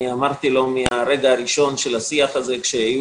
אני אמרתי לו מהרגע של השיח הזה כשהיו